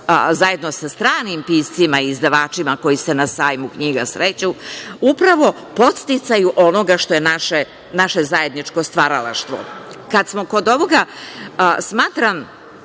zajedno sa stranim piscima i izdavačima koji se na Sajmu knjiga sreću upravo podsticaju onoga što je naše zajedničko stvaralaštvo. Kada smo kod ovoga, smatram